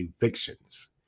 Evictions